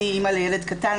אני אימא לילד קטן,